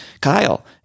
Kyle